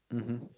mmhmm